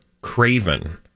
craven